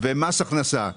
ומס הכנסה.